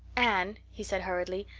anne, he said hurriedly,